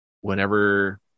Whenever